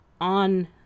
on